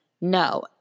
No